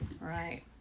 Right